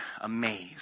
amazed